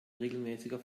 regelmäßiger